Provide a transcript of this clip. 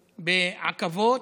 בעכבות,